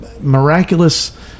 miraculous